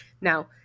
Now